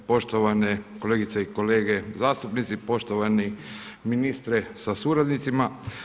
Poštovane kolegice i kolege zastupnici, poštovani ministre sa suradnicima.